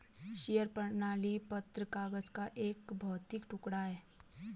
share प्रमाण पत्र कागज का एक भौतिक टुकड़ा है